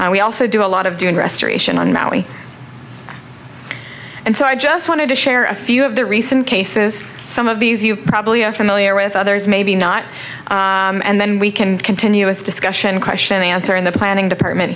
and we also do a lot of doing restoration on maui and so i just wanted to share a few of the recent cases some of these you probably have familiar with others maybe not and then you can continue with discussion question the answer in the planning department